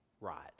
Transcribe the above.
right